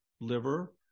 liver